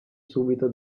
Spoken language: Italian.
subito